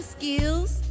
skills